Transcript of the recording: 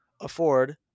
afford